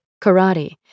karate